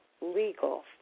legal